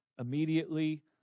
immediately